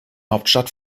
hauptstadt